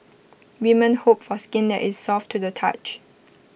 women hope for skin that is soft to the touch